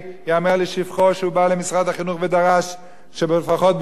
ודרש שלפחות באזור הדרום יתחילו לבנות,